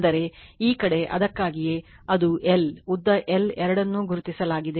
ಅಂದರೆ ಈ ಕಡೆ ಅದಕ್ಕಾಗಿಯೇ ಅದು L ಉದ್ದ L ಎರಡನ್ನೂ ಗುರುತಿಸಲಾಗಿದೆ